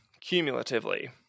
cumulatively